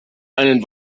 einen